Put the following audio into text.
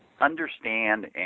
understand